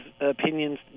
opinions